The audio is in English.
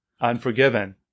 Unforgiven